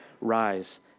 rise